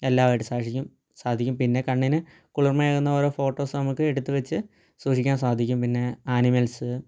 എല്ലാമായിട്ട് സാഷിക്കും സാധിക്കും പിന്നെ കണ്ണിനു കുളിർമയേകുന്ന ഓരോ ഫോട്ടോസ് നമുക്ക് എടുത്ത് വെച്ച് സൂക്ഷിക്കാൻ സാധിക്കും പിന്നെ അനിമൽസ്